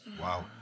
Wow